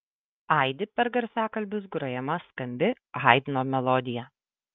aidi per garsiakalbius grojama skambi haidno melodija